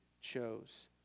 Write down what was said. chose